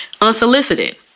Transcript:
Unsolicited